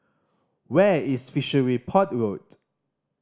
where is Fishery Port Road